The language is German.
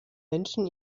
menschen